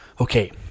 okay